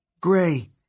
Gray